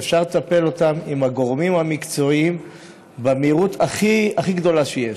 שאפשר לטפל בהן עם הגורמים המקצועיים במהירות הכי הכי גדולה שיש.